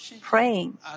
praying